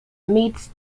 meets